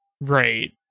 Right